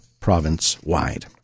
province-wide